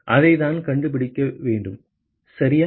அதைத்தான் கண்டுபிடிக்கணும் சரியா